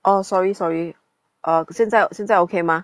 oh sorry sorry uh 现在现在 okay 吗